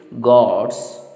gods